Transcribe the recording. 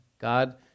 God